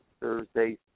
Thursday